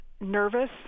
nervous